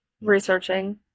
Researching